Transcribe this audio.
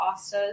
pastas